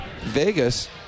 Vegas